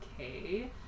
okay